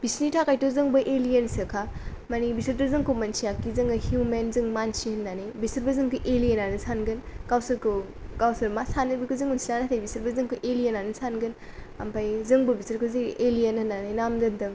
बिसोरनि थाखायथ' जोंबो एलियेनसो खा माने बिसोरथ' जोंखौ मिथिया कि जों हिउमेन जों मानसि होननानै बिसोरबो जोंखौ एलियेनानो सानगोन गावसोरखौ गावसोर मा सानो बेखौ जों मिथिया नाथाय बिसोरबो जोंखौ एलियेनआनो सानगोन ओमफ्राय जोंबो बिसोरखौ जे एलियेन होननानै नाम दोनदों